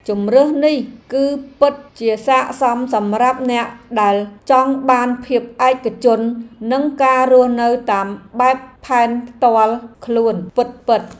ជម្រើសនេះគឺពិតជាស័ក្តិសមសម្រាប់អ្នកដែលចង់បានភាពឯកជននិងការរស់នៅតាមបែបផែនផ្ទាល់ខ្លួនពិតៗ។